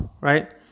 right